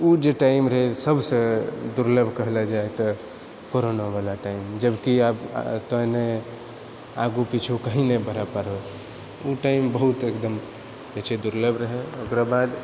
ओ जे टाइम रहै सबसँ दुर्लभ कहले जाइ तऽ कोरोना बला टाइम जबकि आब एतय नहि आगु किछु कहि नहि बढ़ै पाड़ो ओ टाइम बहुत एकदम जे छै दुर्लभ रहै ओकरा बाद